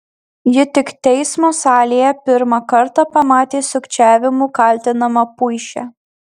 ji tik teismo salėje pirmą kartą pamatė sukčiavimu kaltinamą puišę